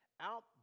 out